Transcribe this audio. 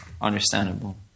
understandable